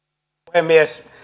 puhemies